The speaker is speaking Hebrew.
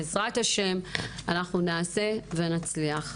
בעזרת השם אנחנו נעשה ונצליח.